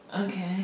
Okay